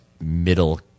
middle